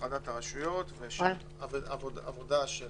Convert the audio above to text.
הפרדת הרשויות ועבודה של